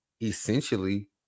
essentially